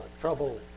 trouble